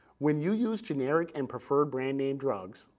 when you use generic and preferred brand-name drugs,